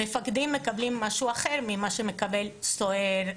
מפקדים מקבלים משהו אחר ממה שמקבל סוהר ראשוני.